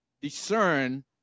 discern